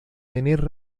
tener